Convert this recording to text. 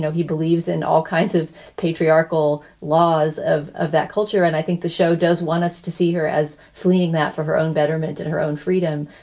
he believes in all kinds of patriarchal laws of of that culture. and i think the show does want us to see her as fleeing that for her own betterment and her own freedom.